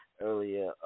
earlier